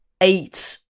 eight